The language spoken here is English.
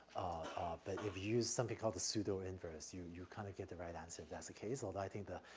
ah, but if you use something called the pseudo inverse, you you kind of get the right answer if that's the case. although i think the,